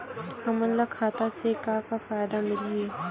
हमन ला खाता से का का फ़ायदा मिलही?